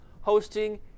hosting